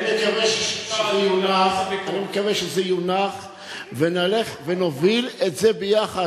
אני מקווה שזה יונח ונלך ונוביל את זה ביחד,